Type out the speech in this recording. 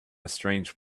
strange